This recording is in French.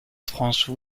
france